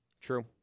True